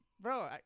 bro